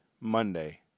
Monday